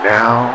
now